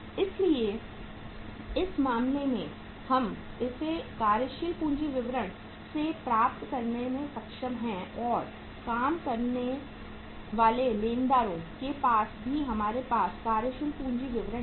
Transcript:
इसलिए इस मामले में हम इसे कार्यशील पूंजी विवरण से प्राप्त करने में सक्षम हैं और काम करने वाले लेनदारों के पास भी हमारे पास कार्यशील पूंजी विवरण है